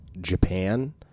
Japan